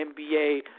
NBA